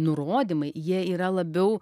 nurodymai jie yra labiau